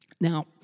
Now